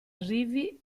arrivi